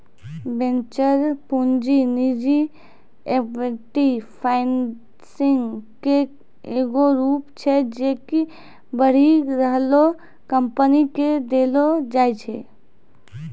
venture पूंजी निजी equity financing के एगो रूप छै जे कि बढ़ि रहलो कंपनी के देलो जाय छै